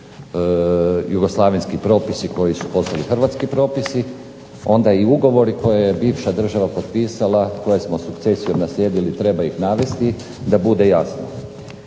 jugoslavenski propisi koji su postali hrvatski propisi onda i ugovori koje je bivša država potpisala, a koje smo sukcesijom naslijedili treba ih navesti da bude jasno.